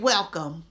Welcome